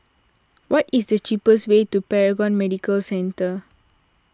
what is the cheapest way to Paragon Medical Centre